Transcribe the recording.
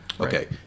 Okay